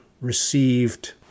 received